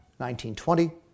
1920